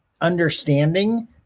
understanding